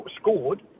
scored